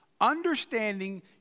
Understanding